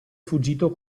fuggito